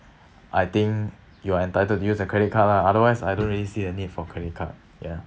I think you are entitled to use a credit card lah otherwise I don't really see the need for credit card ya